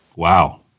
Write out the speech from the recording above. Wow